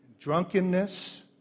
Drunkenness